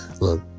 look